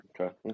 Okay